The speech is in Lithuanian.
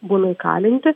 būna įkalinti